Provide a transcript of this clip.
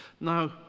Now